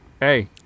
hey